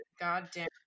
goddamn